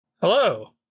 Hello